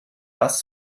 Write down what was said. das